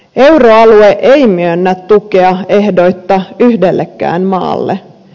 euroalue ei myönnä tukea ehdoitta yhdellekään maalle